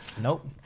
Nope